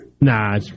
Nah